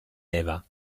eva